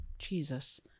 Jesus